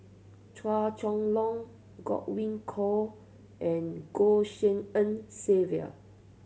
Chua Chong Long Godwin Koay and Goh Tshin En Sylvia